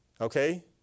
okay